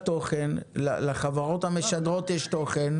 לחברות המשדרות יש תוכן.